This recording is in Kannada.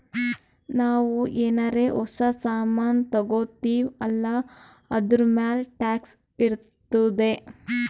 ನಾವು ಏನಾರೇ ಹೊಸ ಸಾಮಾನ್ ತಗೊತ್ತಿವ್ ಅಲ್ಲಾ ಅದೂರ್ಮ್ಯಾಲ್ ಟ್ಯಾಕ್ಸ್ ಇರ್ತುದೆ